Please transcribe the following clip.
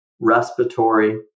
respiratory